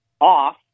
off